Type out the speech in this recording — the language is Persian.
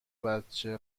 بچه